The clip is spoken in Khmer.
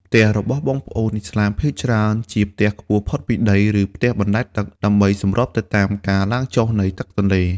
ផ្ទះរបស់បងប្អូនឥស្លាមភាគច្រើនជាផ្ទះខ្ពស់ផុតពីដី ឬផ្ទះបណ្តែតទឹក ដើម្បីសម្របទៅតាមការឡើងចុះនៃទឹកទន្លេ។